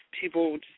people